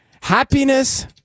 Happiness